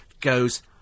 goes